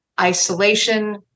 isolation